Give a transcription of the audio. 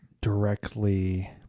directly